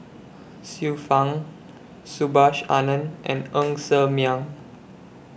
Xiu Fang Subhas Anandan and Ng Ser Miang